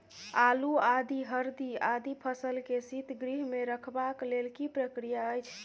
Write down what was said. आलू, आदि, हरदी आदि फसल के शीतगृह मे रखबाक लेल की प्रक्रिया अछि?